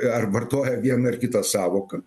ar vartoja vieną ar kitą sąvoką